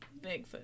Bigfoot